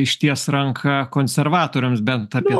išties ranką konservatoriams bent apie